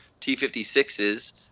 t56s